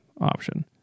option